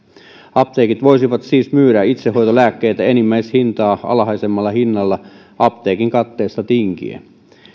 apteekit voisivat siis myydä itsehoitolääkkeitä enimmäishintaa alhaisemmalla hinnalla apteekin katteesta tinkien